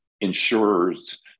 insurers